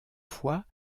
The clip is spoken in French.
fois